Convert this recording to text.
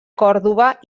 còrdova